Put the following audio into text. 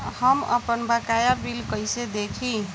हम आपनबकाया बिल कइसे देखि?